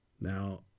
Now